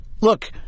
look